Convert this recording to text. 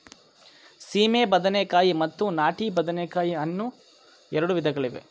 ಸೀಮೆ ಬದನೆಕಾಯಿ ಮತ್ತು ನಾಟಿ ಬದನೆಕಾಯಿ ಅನ್ನೂ ಎರಡು ವಿಧಗಳಿವೆ